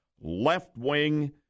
left-wing